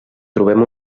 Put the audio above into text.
trobem